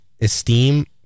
esteem